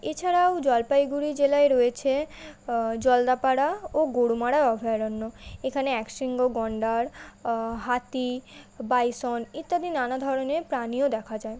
এছাড়াও জলপাইগুড়ি জেলায় রয়েছে জলদাপাড়া ও গরুমারা অভয়ারণ্য এখানে এক শৃঙ্গ গন্ডার হাতি বাইসন ইত্যাদি নানা ধরনের প্রাণীও দেখা যায়